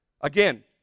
Again